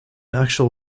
axial